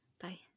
bye